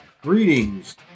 Greetings